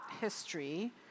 history